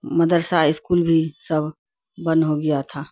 مدرسہ اسکول بھی سب بند ہو گیا تھا